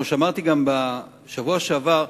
כמו שאמרתי בשבוע שעבר,